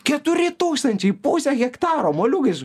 keturi tūkstančiai pusė hektaro moliūgais